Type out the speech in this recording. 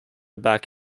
back